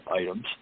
items